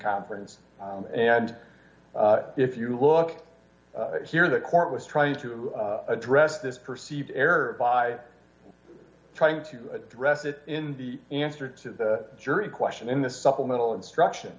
conference and if you look here the court was trying to address this perceived error by trying to address it in the answer to the jury question in the supplemental instruction